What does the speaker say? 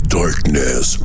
darkness